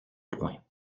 point